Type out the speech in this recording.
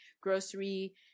grocery